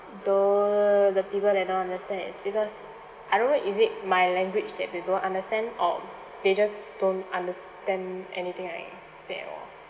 tho~ the people that don't understand is because I don't know is it my language that they don't understand or they just don't understand anything I say at all